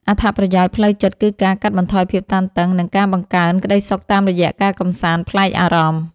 អត្ថប្រយោជន៍ផ្លូវចិត្តគឺការកាត់បន្ថយភាពតានតឹង និងការបង្កើនក្តីសុខតាមរយៈការកម្សាន្តប្លែកអារម្មណ៍។